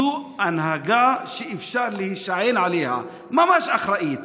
זו הנהגה שאפשר להישען עליה, ממש אחראית.